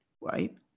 right